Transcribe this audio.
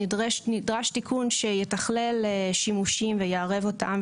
נדרש תיקון שיתכלל שימושים ויערב אותם,